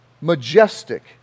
majestic